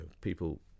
people